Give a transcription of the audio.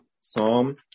Psalm